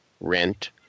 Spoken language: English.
Rent